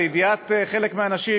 לידיעת חלק מהאנשים,